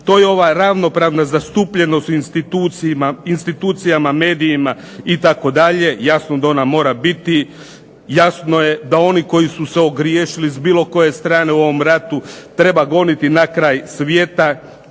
To je ova ravnopravna zastupljenost u institucijama, medijima itd. Jasno da ona mora biti. Jasno je da oni koji su se ogriješili s bilo koje strane u ovom ratu treba goniti na kraj svijeta.